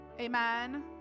amen